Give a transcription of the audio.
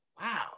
Wow